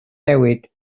newid